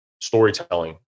storytelling